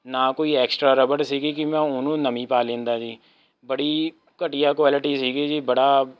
ਨਾ ਕੋਈ ਐਕਸਟਰਾ ਰਬੜ ਸੀਗੀ ਕਿ ਮੈਂ ਉਹਨੂੰ ਨਵੀਂ ਪਾ ਲੈਂਦਾ ਜੀ ਬੜੀ ਘਟੀਆ ਕੁਆਲਿਟੀ ਸੀਗੀ ਜੀ ਬੜਾ